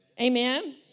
Amen